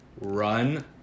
run